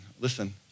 listen